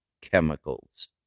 chemicals